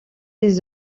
des